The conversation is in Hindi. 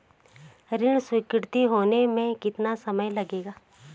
ऋण स्वीकृति होने में कितना समय लगेगा?